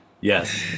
yes